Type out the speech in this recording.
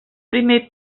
primer